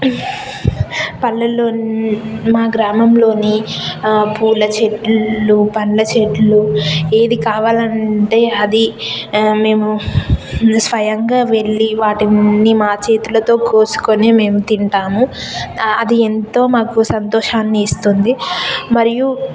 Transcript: పల్లెల్లో మా గ్రామంలోని పూల చెట్లు పండ్ల చెట్లు ఏవి కావాలంటే అది మేము స్వయంగా వెళ్ళి వాటిని మా చేతులతో కోసుకొని మేము తింటాము అది ఎంతో మాకు సంతోషాన్ని ఇస్తుంది మరియు